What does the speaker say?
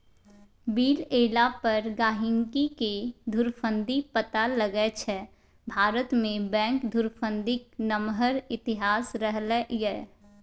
bill एला पर गहिंकीकेँ धुरफंदी पता लगै छै भारतमे बैंक धुरफंदीक नमहर इतिहास रहलै यै